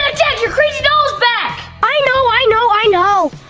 ah jack, your crazy doll is back! i know, i know, i know!